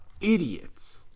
idiots